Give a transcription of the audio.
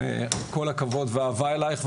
עם כל הכבוד ואהבה אליך,